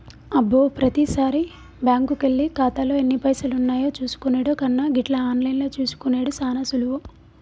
అబ్బో ప్రతిసారి బ్యాంకుకెళ్లి ఖాతాలో ఎన్ని పైసలున్నాయో చూసుకునెడు కన్నా గిట్ల ఆన్లైన్లో చూసుకునెడు సాన సులువు